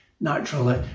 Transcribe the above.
naturally